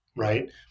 Right